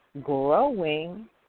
growing